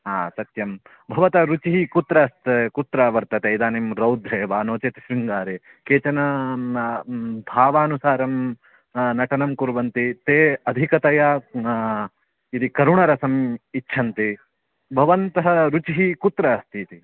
हा सत्यं भवतः रुचिः कुत्र कुत्र वर्तते इदानीं रौद्रे वा नो चेत् शृङ्गारे केचन भावानुसारं नटनं कुर्वन्ति ते अधिकतया इति करुणसरम् इच्छन्ति भवन्तः रुचिः कुत्र अस्ति इति